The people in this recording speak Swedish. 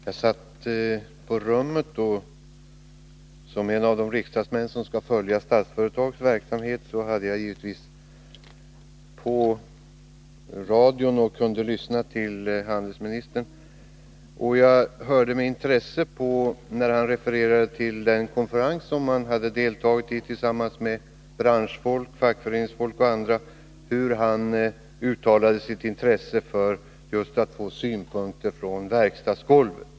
Herr talman! För en stund sedan satt jag på mitt rum men hade givetvis såsom varande en av de riksdagsmän som skall följa Statsföretags verksamhet radion påslagen, så att jag kunde följa den här debatten. Jag lyssnade med intresse på handelsministern och hörde att han bl.a. refererade till en konferens som han deltagit i tillsammans med branschfolk, fackföreningsfolk och andra. Handelsministern uttalade sitt intresse för att få synpunkter just från dem som befinner sig på verkstadsgolvet.